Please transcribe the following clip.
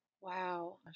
Wow